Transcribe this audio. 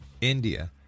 India